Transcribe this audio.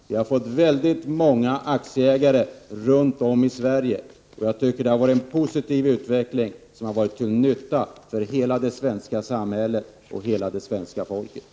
Vi har fått väldigt många raskt re runt om i Sverige, och detta har varit en positiv utveckling som varit till Prot. 1988/89:44